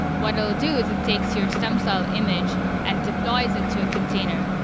what it'll do is it takes your stem cell image and deploys it to a container,